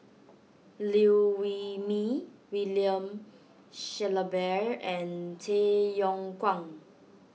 Liew Wee Mee William Shellabear and Tay Yong Kwang